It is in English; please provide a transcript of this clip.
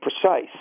precise